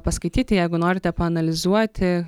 paskaityti jeigu norite paanalizuoti